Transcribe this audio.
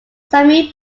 samuel